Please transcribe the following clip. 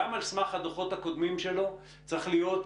גם על סמך הדוחות הקודמים שלו,